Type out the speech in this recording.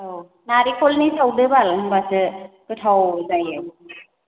औ नारेंखलनि सावदो बाल होनबासो गोथाव जायो